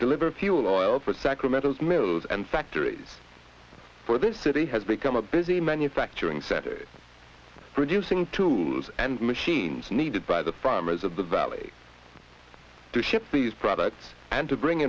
deliver fuel oil for sacramento's mills and factories for this city has become a busy manufacturing center producing tools and machines needed by the farmers of the valley to ship these products and to bring